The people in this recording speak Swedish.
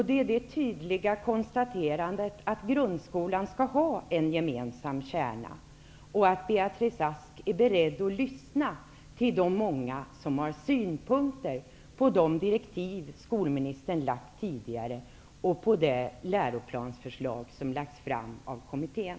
Det är det tydliga konstaterandet att grundskolan skall ha en gemensam kärna och att Beatrice Ask är beredd att lyssna på de många som har synpunkter på de direktiv skolministern lagt fram tidigare och på det läroplansförslag som har lagts fram av kommittén.